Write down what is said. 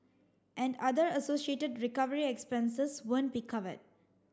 and other associated recovery expenses won't be covered